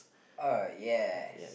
uh yes